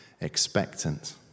expectant